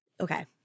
Okay